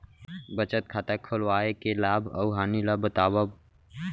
बचत खाता खोलवाय के लाभ अऊ हानि ला बतावव?